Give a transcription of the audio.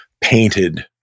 painted